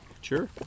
Sure